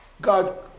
God